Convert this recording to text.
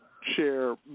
share